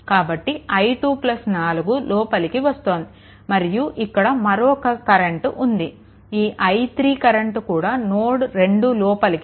కాబట్టి i2 4 లోపలికి వస్తుంది మరియు ఇక్కడ మరొక కరెంట్ ఉంది ఈ i3 కరెంట్ కూడా నోడ్2 లోపలికి ప్రవహిస్తోంది